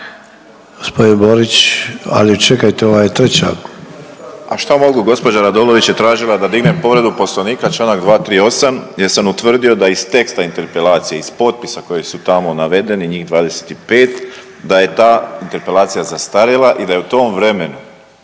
Josip (HDZ)** …/Upadica Borić: A šta mogu gospođa Radolović je tražila povredu Poslovnika članak 238. jer sam utvrdio da iz teksta interpelacije iz potpisa koji su tamo navedeni njih 25. da je ta interpelacija zastarjela i da je u tom vremenu